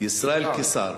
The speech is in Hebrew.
ישראל קיסר.